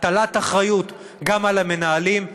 הטלת אחריות גם על המנהלים,